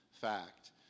fact